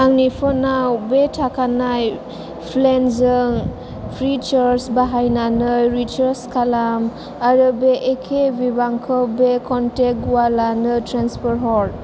आंनि फनाव बे थाखानाय प्लेनजों फ्रिसार्ज बाहायनानै रिसार्ज खालाम आरो बे एखे बिबांखौ बे कन्टेक्ट गुवालानो ट्रेन्सफार हर